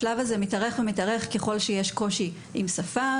השלב הזה מתארך ומתארך ככל שיש קושי עם שפה,